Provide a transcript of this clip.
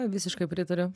visiškai pritariu